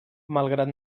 malgrat